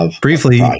Briefly